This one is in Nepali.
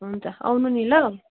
हुन्छ आउनु नि ल